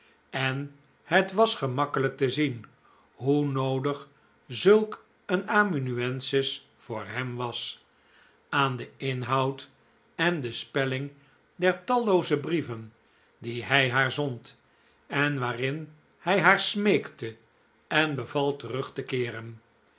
en het was gemakkelijk te zien hoe noodig zulk een amanuensis voor hem was aan den inhoud en de spelling der tallooze brieven die hij haar zond en waarin hij haar smeekte en beval terug te keeren